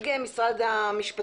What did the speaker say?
יהודה,